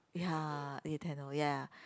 ya Nintendo ya